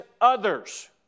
others